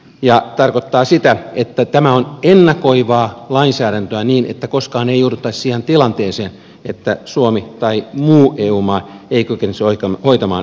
se tarkoittaa sitä että tämä on ennakoivaa lainsäädäntöä niin että koskaan ei jouduttaisi siihen tilanteeseen että suomi tai muu eu maa ei kykenisi hoitamaan velkavelvoitteitaan